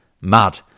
Mad